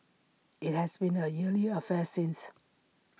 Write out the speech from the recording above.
IT has been A yearly affair since